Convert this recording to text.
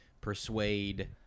persuade